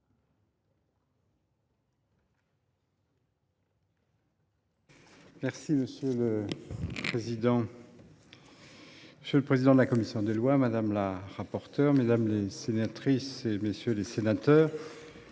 Monsieur le président, monsieur le président de la commission des finances, monsieur le rapporteur, mesdames les sénatrices, messieurs les sénateurs,